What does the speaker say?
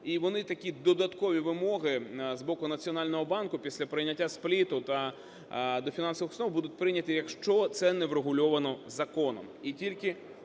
І вони такі додаткові вимоги з боку Національного банку після прийняття СПЛІТ та… до фінансових установ будуть прийняті, якщо це не врегульовано законом,